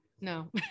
no